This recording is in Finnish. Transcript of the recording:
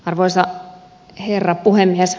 arvoisa herra puhemies